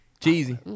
Cheesy